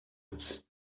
its